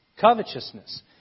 Covetousness